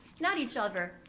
not each other,